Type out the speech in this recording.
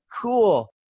cool